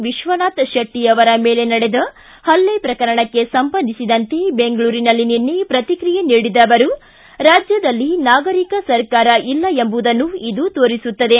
ವಿಶ್ವನಾಥ ಶೆಟ್ಟಿ ಅವರ ಮೇಲೆ ನಡೆದ ಹಲ್ಕೆ ಪ್ರಕರಣಕ್ಕೆ ಸಂಬಂಧಿಸಿದಂತೆ ಬೆಂಗಳೂರಿನಲ್ಲಿ ನಿನ್ನೆ ಪ್ರಕ್ರಿಯೆ ನೀಡಿದ ಅವರು ರಾಜ್ದದಲ್ಲಿ ನಾಗರಿಕ ಸರ್ಕಾರ ಇಲ್ಲ ಎಂಬುದನ್ನು ಇದು ತೋರಿಸುತ್ತದೆ